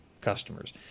customers